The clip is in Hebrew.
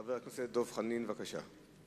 חבר הכנסת דב חנין, בבקשה.